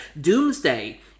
Doomsday